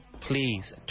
Please